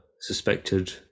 suspected